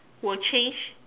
will change